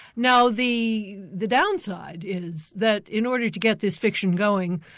now the the downside is that in order to get this fiction going,